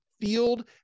field